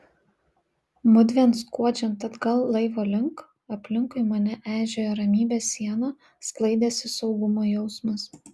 mudviem skuodžiant atgal laivo link aplinkui mane eižėjo ramybės siena sklaidėsi saugumo jausmas